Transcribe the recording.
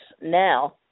now